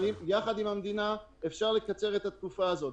אבל יחד עם המדינה אפשר לקצר את התקופה הזאת.